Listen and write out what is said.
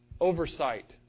oversight